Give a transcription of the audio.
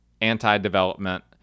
anti-development